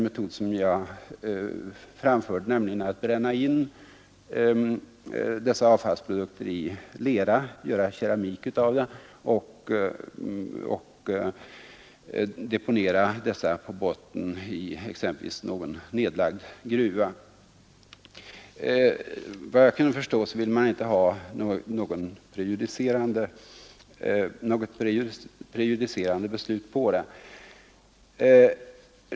Metoden innebar att man brände in avfallsprodukterna i lera och gjorde keramik av det och deponerade avfallet i denna form t.ex. på botten av någon nedlagd gruva. Efter vad jag förstod ville man inte ha något prejudicerande beslut på tillvägagångssättet i det fallet.